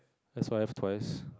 S_Y_F twice